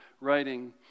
writing